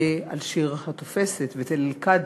ועל השיר "התופסת", ו"תל אל-קאדי",